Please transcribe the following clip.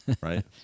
right